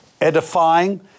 edifying